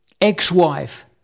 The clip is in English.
ex-wife